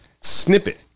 snippet